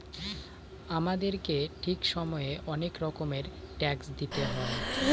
আমাদেরকে ঠিক সময়ে অনেক রকমের ট্যাক্স দিতে হয়